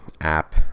app